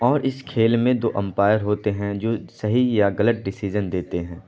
اور اس کھیل میں دو امپائر ہوتے ہیں جو صحیح یا غلط ڈشیزن دیتے ہیں